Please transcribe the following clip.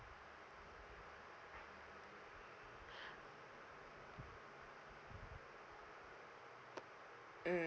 mm~